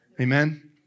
Amen